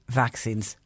vaccines